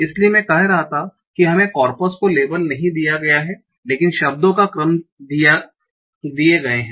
इसलिए मैं कह रहा था कि हमें कॉर्पस को लेबल नहीं दिया गया है लेकिन शब्दो का क्रम दिए गए हैं